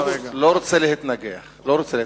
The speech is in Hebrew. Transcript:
לא רוצה להתנגח.